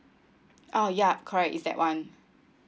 ah ya correct is that one